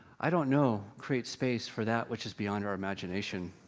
i don't know creates space for that which is beyond our imagination.